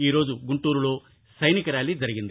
ఈ రోజు గుంటూరులో సైనిక ర్యాలీ జరిగింది